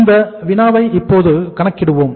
இந்த வினாவை இப்போது கணக்கிடுவோம்